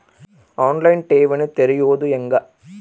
On line ಠೇವಣಿ ತೆರೆಯೋದು ಹೆಂಗ?